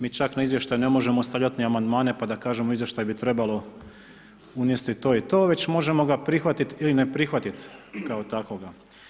Mi čak na izvještaje ne možemo stavljati ni amandmane, pa da kažem, u izvještaj bi trebalo unesti to i to, već možemo ga prihvatit ili ne prihvatiti i kao takvoga.